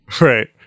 Right